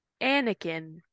Anakin